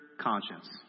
conscience